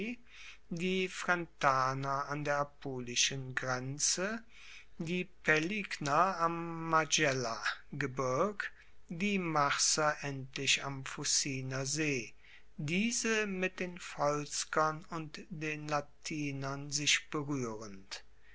die frentaner an der apulischen grenze die paeligner am majellagebirg die marser endlich am fuciner see diese mit den volskern und den latinern sich beruehrend